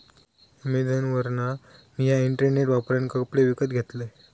अॅमेझॉनवरना मिया इंटरनेट वापरान कपडे विकत घेतलंय